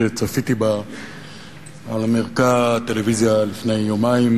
שצפיתי בה על מרקע הטלוויזיה לפני יומיים,